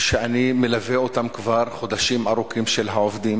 -- שאני מלווה כבר חודשים ארוכים, של העובדים.